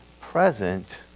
present